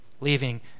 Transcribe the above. leaving